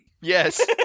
Yes